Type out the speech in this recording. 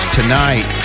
tonight